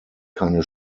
keine